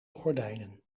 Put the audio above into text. gordijnen